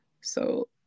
So-